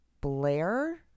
blair